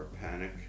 panic